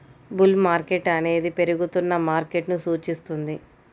bull market అనేది పెరుగుతున్న మార్కెట్ను సూచిస్తుంది